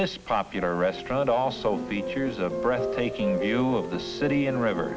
this popular restaurant also features a breathtaking view of the city and river